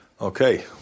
Okay